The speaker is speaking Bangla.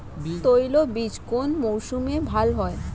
তৈলবীজ কোন মরশুমে ভাল হয়?